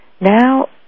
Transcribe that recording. Now